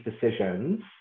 decisions